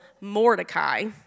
Mordecai